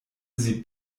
sie